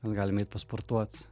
galim eit pasportuot